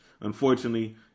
unfortunately